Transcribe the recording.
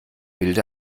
bilde